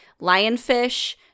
lionfish